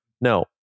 no